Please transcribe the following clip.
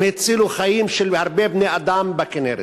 הם הצילו חיים של הרבה בני-אדם בכינרת,